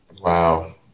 Wow